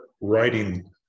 writing